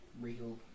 real